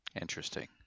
Interesting